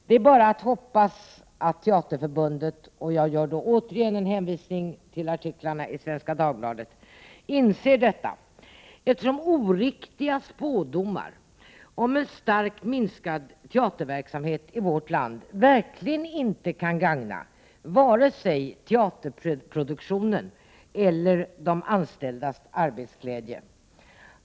Det är bara att hoppas att Teaterförbundet — och jag hänvisar återigen till artiklarna i Svenska Dagbladet — inser detta, eftersom oriktiga spådomar om en starkt minskad teaterverksamhet i vårt land verkligen inte kan gagna vare sig teaterproduktionen eller de anställdas arbetsglädje.